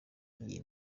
iyi